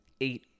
eight